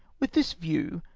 with this view,